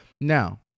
Now